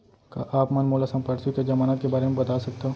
का आप मन मोला संपार्श्र्विक अऊ जमानत के बारे म बता सकथव?